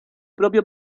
propio